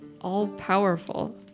All-powerful